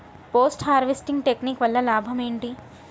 Post harvesting technique వల్ల లాభం ఏంటి?